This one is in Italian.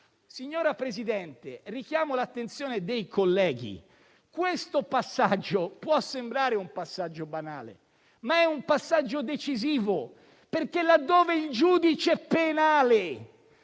Signora Presidente, richiamo l'attenzione dei colleghi. Questo passaggio può sembrare banale, ma è decisivo perché laddove il giudice penale